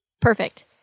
Perfect